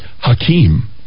Hakeem